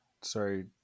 sorry